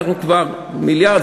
מיליארד,